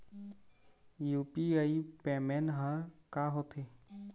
UPI payment हर का होते?